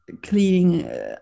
cleaning